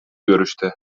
görüşte